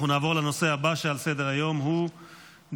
אנחנו נעבור לנושא הבא על סדר-היום: דיון